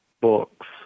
books